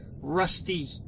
Rusty